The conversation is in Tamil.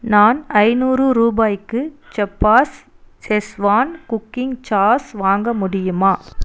நான் ஐநூறு ரூபாய்க்கு செப் பாஸ் ஷெஸ்வான் குக்கிங் சாஸ் வாங்க முடியுமா